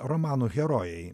romanų herojai